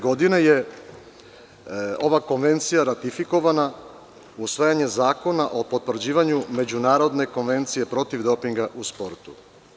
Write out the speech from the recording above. Godine 2009. je ova konvencija ratifikovana usvajanjem Zakona o potvrđivanju Međunarodne konvencije protiv dopinga u sportu.